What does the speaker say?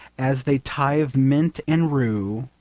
as they tithe mint and rue,